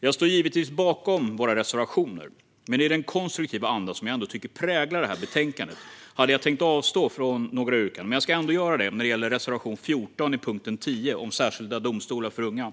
Jag står givetvis bakom våra reservationer. I och med den konstruktiva anda som jag tycker präglar detta betänkande hade jag tänkt avstå från att göra några yrkanden, men jag ska ändå göra det när det gäller reservation 14 i punkt 10 om särskilda domstolar för unga.